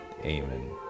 amen